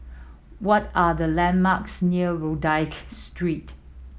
what are the landmarks near Rodyk Street